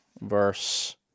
verse